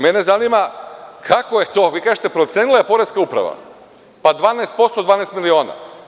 Mene zanima kako je to, vi kažete – procenila je poreska uprava, pa 12% od 12 miliona.